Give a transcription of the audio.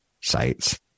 sites